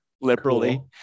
liberally